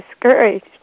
discouraged